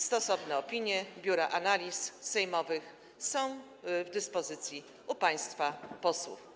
Stosowne opinie Biura Analiz Sejmowych są do dyspozycji państwa posłów.